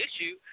issue